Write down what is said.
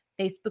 Facebook